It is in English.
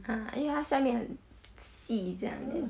uh 因为它下面很细这样的